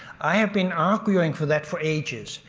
i have been arguing for that for ages.